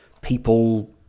people